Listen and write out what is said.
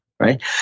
Right